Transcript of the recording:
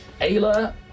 Ayla